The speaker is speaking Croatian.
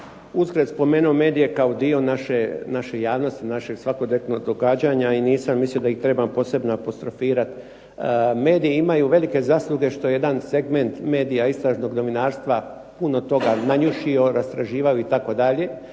uzgred spomenuo medije kao dio naše javnosti, našeg svakodnevnog događanja i nisam mislio da ih trebam posebno apostrofirati. Mediji imaju velike zasluge što jedan segment medija istražnog novinarstva puno toga nanjušio, istraživao itd.,